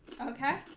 Okay